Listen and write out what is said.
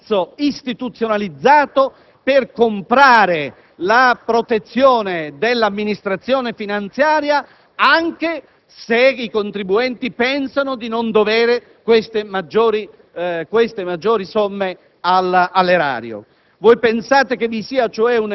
pagando una sorta di pizzo istituzionalizzato per comprare la protezione dell'Amministrazione finanziaria anche se i contribuenti pensano di non dovere queste maggiori somme all'erario;